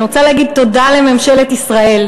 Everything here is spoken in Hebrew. אני רוצה להגיד תודה לממשלת ישראל,